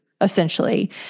essentially